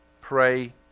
pray